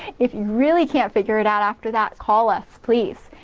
if you really can't figure it out after that, call us, please,